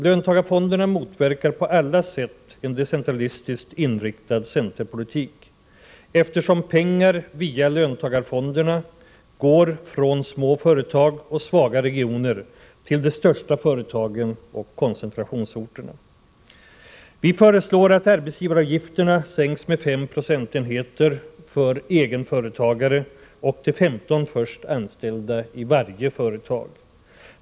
Löntagarfonderna motverkar på alla sätt en decentralistiskt inriktad centerpolitik, eftersom pengar via löntagarfonderna går från små företag och svaga regioner till de största företagen och koncentrationsorterna. — Vi föreslår att arbetsgivaravgifterna sänks med 5 procentenheter för egenföretagare och för de 15 först anställda i varje företag.